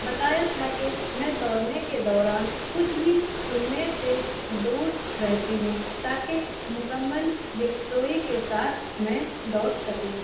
بتایا تھا کہ میں دوڑنے کے دوران کچھ بھی سننے سے دور رہتی ہوں تاکہ مکمل یکسوئی کے ساتھ میں دوڑ سکوں